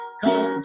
come